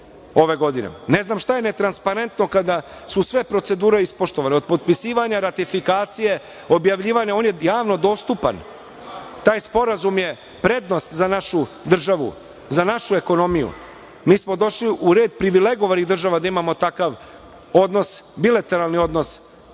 Ne znam šta je netransparentno kada su sve procedure ispoštovane, od potpisivanja, ratifikacije, objavljivanja. On je javno dostupan. Taj sporazum je prednost za našu državu, za našu ekonomiju. Mi smo došli u red privilegovanih država da imamo takav bilateralni odnos